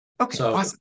Okay